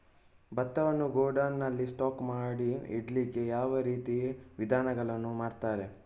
ಭತ್ತವನ್ನು ಗೋಡೌನ್ ನಲ್ಲಿ ಸ್ಟಾಕ್ ಮಾಡಿ ಇಡ್ಲಿಕ್ಕೆ ಯಾವ ರೀತಿಯ ವಿಧಾನಗಳನ್ನು ಮಾಡ್ತಾರೆ?